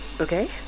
okay